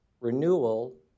renewal